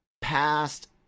past